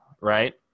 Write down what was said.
right